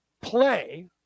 play